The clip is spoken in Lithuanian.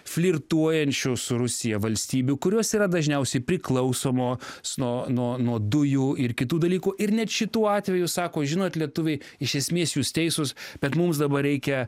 flirtuojančių su rusija valstybių kurios yra dažniausiai priklausomo sno nuo nuo dujų ir kitų dalykų ir net šituo atveju sako žinot lietuviai iš esmės jūs teisus bet mums dabar reikia